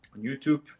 YouTube